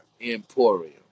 Emporium